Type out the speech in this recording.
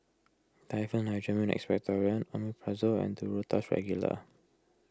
Diphenhydramine Expectorant Omeprazole and Duro Tuss Regular